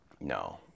No